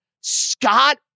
Scott